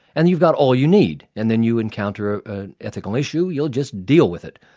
and you've got all you need, and then you encounter ah an ethical issue, you'll just deal with it.